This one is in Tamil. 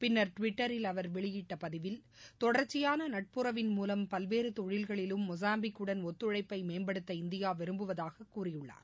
பின்னர் டுவிட்டரில் அவர் வெளியிட்டபதிவில் தொடர்ச்சிபானநட்புறவிள் மூலம் பல்வேறுதொழில்களிலும் மொசாம்பிக்குடன் ஒத்துழைப்பைமேம்படுத்த இந்தியாவிரும்புவதாககூறியுள்ளார்